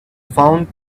found